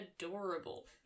adorable